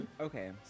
Okay